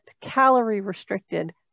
calorie-restricted